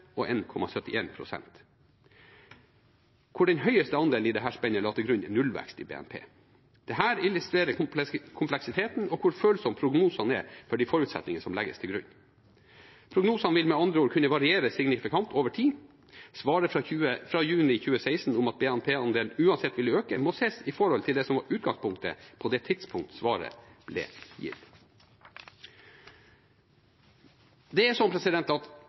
hvor den høyeste andelen i dette spennet la til grunn nullvekst i BNP. Dette illustrerer kompleksiteten og hvor følsomme prognosene er for de forutsetningene som legges til grunn. Prognosene vil med andre ord kunne variere signifikant over tid. Svaret fra juni 2016 om at BNP-andelen uansett ville øke, må ses i forhold til det som var utgangspunktet på det tidspunkt svaret ble gitt.